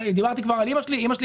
דיברתי כבר על אימא שלי ואימא שלי